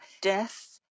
death